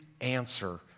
answer